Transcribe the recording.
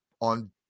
on